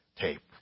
tape